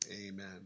amen